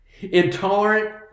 Intolerant